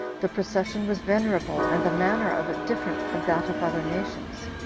the procession was venerable, and the manner of it different from that of other nations.